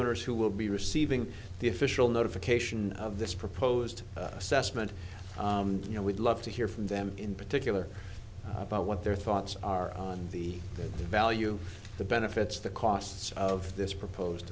owners who will be receiving the official notification of this proposed assessment you know we'd love to hear from them in particular about what their thoughts are on the value the benefits the costs of this proposed